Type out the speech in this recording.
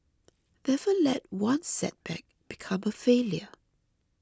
never let one setback become a failure